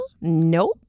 Nope